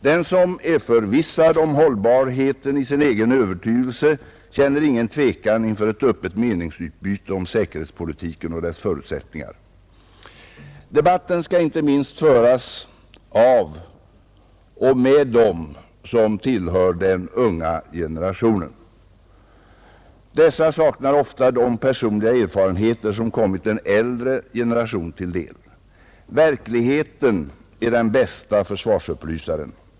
Den som är förvissad om hållbarheten i sin egen övertygelse känner ingen tvekan inför ett öppet meningsutbyte om säkerhetspolitiken och dess förutsättningar. Debatten skall inte minst föras av och med dem som tillhör den unga generationen. Dessa saknar ofta de personliga erfarenheter som kommit en äldre generation till del. Verkligheten är den bäste försvarsupplysaren.